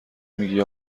میگی